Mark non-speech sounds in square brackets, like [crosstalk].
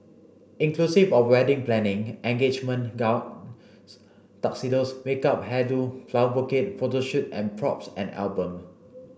inclusive of wedding planning engagement gown [noise] tuxedos makeup hair do flower bouquet photo shoot and props and album